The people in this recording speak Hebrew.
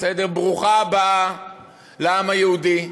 ברוכה הבאה לעם היהודי,